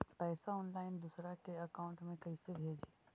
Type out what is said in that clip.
पैसा ऑनलाइन दूसरा के अकाउंट में कैसे भेजी?